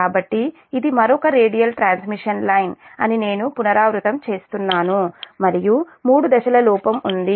కాబట్టి ఇది మరొక రేడియల్ ట్రాన్స్మిషన్ లైన్ అని నేను పునరావృతం చేస్తున్నాను మరియు మూడు దశల లోపం ఉంది